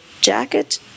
jacket